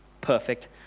perfect